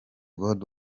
good